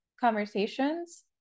conversations